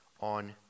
on